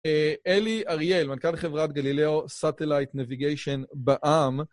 אלי אריאל, מנכ"ל חברת גלילאו Satellite Navigation בע"מ